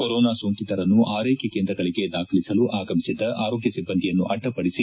corona ಸೊಂಕಿತರನ್ನು ಆರೈಕೆ ಕೇಂದ್ರಗಳಿಗೆ ದಾಖಲಿಸಲು ಆಗಮಿಸಿದ್ದ ಆರೋಗ್ಯ ಸಿಬ್ಲಂದಿಯನ್ನು ಅಡ್ಡಿಪಡಿಸಿ